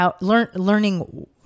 learning